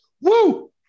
Woo